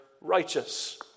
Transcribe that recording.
righteous